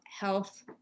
health